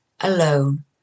alone